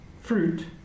fruit